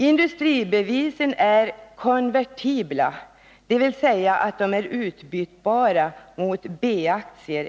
Industribevisen är konvertibla, dvs. de är efter beslut utbytbara mot B-aktier.